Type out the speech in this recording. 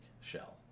shell